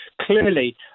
Clearly